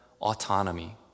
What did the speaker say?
autonomy